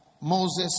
Moses